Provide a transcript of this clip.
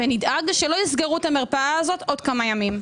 ונדאג שלא יסגרו את המרפאה הזו בעוד כמה ימים.